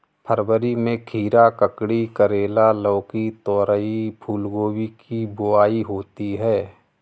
फरवरी में खीरा, ककड़ी, करेला, लौकी, तोरई, फूलगोभी की बुआई होती है